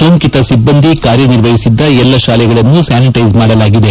ಸೋಂಕಿತ ಸಿಬ್ಬಂದಿ ಕಾರ್ಯನಿರ್ವಹಿಸಿದ್ದ ಎಲ್ಲಾ ಶಾಲೆಗಳನ್ನು ಸ್ಥಾನಿಟ್ಟೆಜ್ ಮಾಡಲಾಗಿದೆ